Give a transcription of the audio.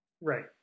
Right